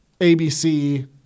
ABC